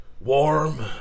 warm